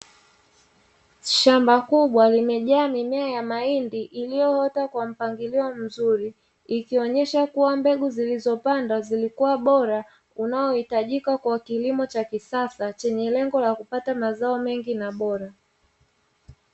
Shamba kubwa limejaa mimea ya mahindi iliyoota kwa mpangilio mzuri, ikionyesha kuwa mbegu zilizopandwa zilikua bora unaohitajika kwa kilimo cha kisasa chenye lengo la kupata mazao mengi na bora.